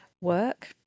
work